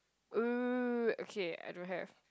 !ooh! okay I don't have